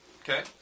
Okay